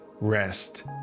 rest